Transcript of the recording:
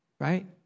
right